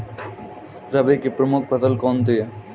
रबी की प्रमुख फसल कौन सी है?